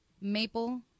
maple